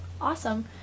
awesome